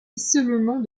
seulement